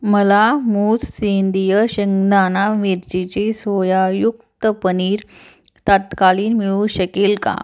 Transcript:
मला मूझ सेंद्रिय शेंगदाणा मिरची सोयायुक्त पनीर तात्काळ मिळू शकेल का